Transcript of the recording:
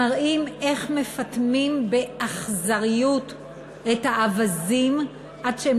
מראים איך מפטמים באכזריות את האווזים עד שהם